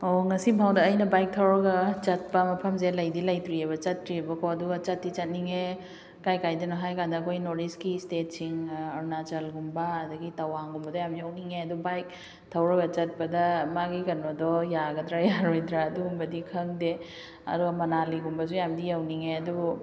ꯑꯣ ꯉꯁꯤ ꯐꯥꯎꯗ ꯑꯩꯅ ꯕꯥꯏꯛ ꯊꯧꯔꯒ ꯆꯠꯄ ꯃꯐꯝꯁꯦ ꯂꯩꯗꯤ ꯂꯩꯇ꯭ꯔꯤꯑꯕ ꯆꯠꯇ꯭ꯔꯤꯑꯕꯀꯣ ꯑꯗꯨꯒ ꯆꯠꯇꯤ ꯆꯠꯅꯤꯡꯉꯦ ꯀꯥꯏ ꯀꯥꯏꯗꯅꯣ ꯍꯥꯏꯀꯥꯟꯗ ꯑꯩꯈꯣꯏ ꯅꯣꯔꯠ ꯏꯁꯀꯤ ꯏꯁꯇꯦꯠꯁꯤꯡ ꯑꯔꯨꯅꯥꯆꯜꯒꯨꯝꯕ ꯑꯗꯒꯤ ꯇꯋꯥꯡꯒꯨꯝꯕꯗ ꯌꯥꯝ ꯌꯧꯅꯤꯡꯉꯦ ꯑꯗꯣ ꯕꯥꯏꯛ ꯊꯧꯔꯒ ꯆꯠꯄꯗ ꯃꯥꯒꯤ ꯀꯩꯅꯣꯗꯣ ꯌꯥꯒꯗ꯭ꯔꯥ ꯌꯥꯔꯣꯏꯗ꯭ꯔꯥ ꯑꯗꯨꯒꯨꯝꯕꯗꯤ ꯈꯪꯗꯦ ꯑꯗꯣ ꯃꯅꯥꯂꯤꯒꯨꯝꯕꯁꯨ ꯌꯥꯝꯗꯤ ꯌꯧꯅꯤꯡꯉꯦ ꯑꯗꯨꯕꯨ